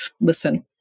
listen